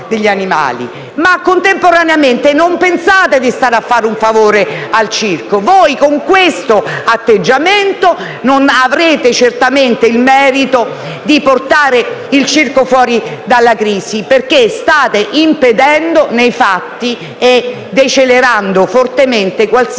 Allo stesso tempo, non pensiate che state facendo un favore al circo. Con questo atteggiamento non avrete certamente il merito di portare il circo fuori dalla crisi, perché state impedendo nei fatti e decelerando fortemente qualsiasi ipotesi